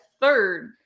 third